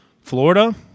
Florida